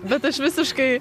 bet aš visiškai